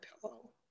pillow